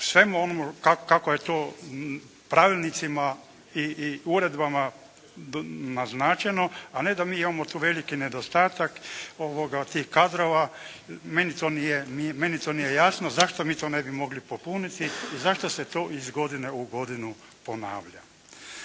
svemu onome kako je to pravilnicima i uredbama naznačeno a ne da mi imamo tu veliki nedostatak tih kadrova. Meni to nije jasno zašto mi to ne bi mogli popuniti i zašto se to iz godine u godinu ponavlja.